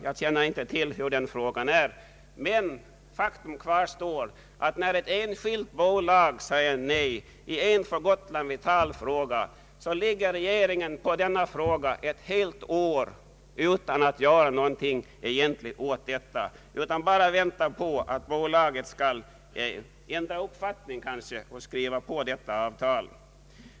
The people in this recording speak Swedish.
Jag känner inte till hur det är med den bestämmelsen, men faktum kvarstår att när ett enskilt bolag säger nej i en för Gotland vital fråga, så ligger regeringen på frågan ett helt år utan att göra någonting åt den. Kanske väntar regeringen på att bolaget skall ändra uppfattning och skriva under avtalet.